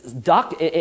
doc